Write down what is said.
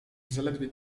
zaledwie